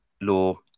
law